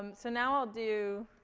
um so now, i'll do.